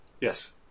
Yes